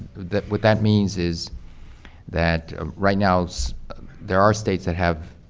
that, what that means is that right now so there are states that have